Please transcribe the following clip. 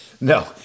No